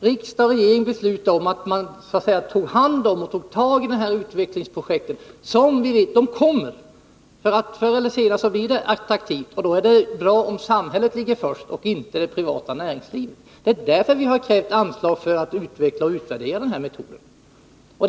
Riksdag och regering borde ta tag i de här utvecklingsprojekten som vi vet kommer. Förr eller senare blir de attraktiva, och då är det bra om staten ligger först och inte det privata näringslivet. Det är därför som vi har krävt anslag för att utveckla och utvärdera dessa metoder.